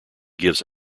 gives